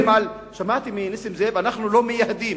שמעתי מנסים זאב "אנחנו לא מייהדים".